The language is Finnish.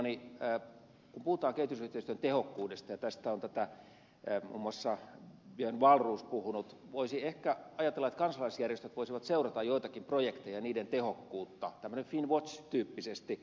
kun puhutaan kehitysyhteistyön tehokkuudesta ja tästä on muun muassa björn wahlroos puhunut voisi ehkä ajatella että kansalaisjärjestöt voisivat seurata joitakin projekteja niiden tehokkuutta finnwatch tyyppisesti